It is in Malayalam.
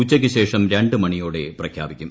ഉച്ചയ്ക്ക് ശേഷം രണ്ട് മണിയോടെ പ്രഖ്യാപിക്കും